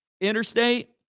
interstate